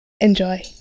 enjoy